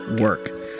work